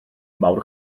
mawr